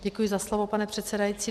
Děkuji za slovo, pane předsedající.